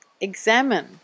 examine